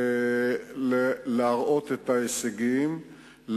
להראות את ההישגים,